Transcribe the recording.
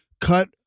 cut